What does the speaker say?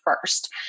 first